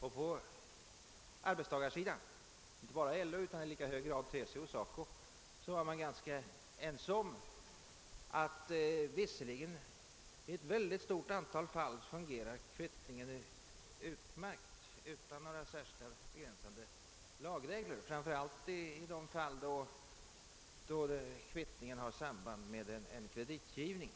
På arbetstagarsidan — inte bara inom LO utan även i lika hög grad inom TCO och SACO — var man ganska ense om att kvittningen fungerar utmärkt i ett mycket stort antal fall utan särskilda begränsande lagregler, framför allt i de fall då kvittningen har samband med en kreditgivning.